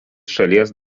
šalies